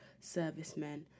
servicemen